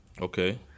Okay